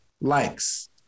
likes